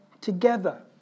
together